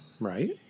right